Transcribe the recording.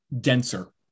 denser